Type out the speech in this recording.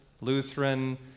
Lutheran